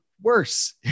worse